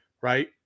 right